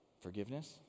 Forgiveness